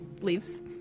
Leaves